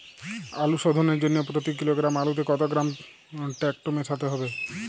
আলু শোধনের জন্য প্রতি কিলোগ্রাম আলুতে কত গ্রাম টেকটো মেশাতে হবে?